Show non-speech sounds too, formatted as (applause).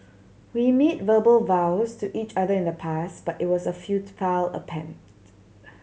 we made verbal vows to each other in the past but it was a (unintelligible) attempt